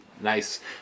nice